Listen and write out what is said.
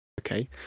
okay